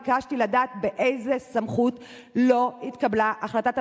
ביקשתי לדעת באיזו סמכות לא התקבלה החלטת הממשלה,